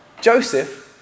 Joseph